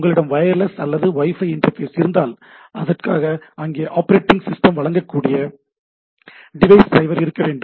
உங்களிடம் வயர்லெஸ் அல்லது wifi interface இருந்தால் அதற்காக அங்கே ஆபரேட்டிங் சிஸ்டம் வழங்கக்கூடிய டிவைஸ் ட்ரைவர் இருக்க வேண்டும்